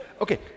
Okay